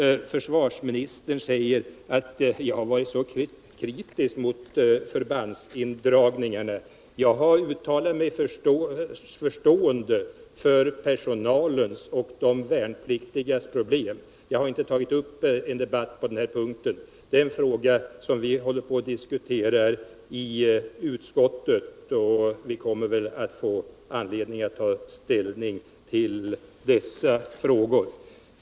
Försvarsministern sade att jag har varit så kritisk mot förbandsindragningarna. Jag har uttalat min förståelse för personalens och de värnpliktigas problem, men jag har inte tagit upp någon debatt på den punkten. Det är en fråga som vi håller på att diskutera i utskottet, varför vi väl kommer att få anledning att ta ställning senare.